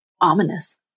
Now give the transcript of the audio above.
ominous